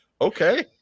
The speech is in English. Okay